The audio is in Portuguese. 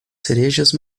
cerejas